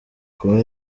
kuba